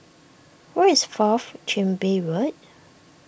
where is Fourth Chin Bee Road